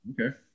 Okay